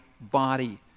body